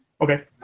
Okay